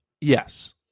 Yes